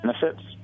benefits